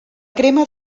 crema